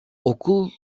okul